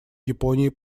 японии